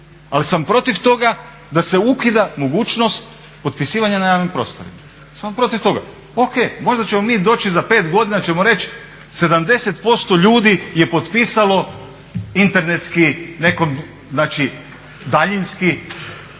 ali sam protiv toga da se ukida mogućnost potpisivanja na javnim prostorima. Ja sam protiv toga. Ok, možda ćemo mi doći, za 5 godina ćemo reći 70% ljudi je potpisalo internetski nekom, znači daljinski,